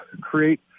create